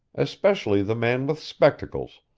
especially the man with spectacles,